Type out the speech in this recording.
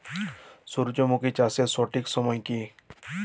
সূর্যমুখী চাষের সঠিক সময় কি?